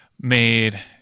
Made